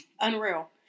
Unreal